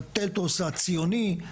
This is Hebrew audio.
האתוס הציוני,